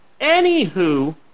Anywho